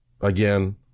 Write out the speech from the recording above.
again